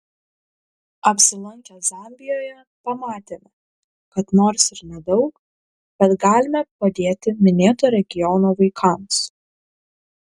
apsilankę zambijoje pamatėme kad nors ir nedaug bet galime padėti minėto regiono vaikams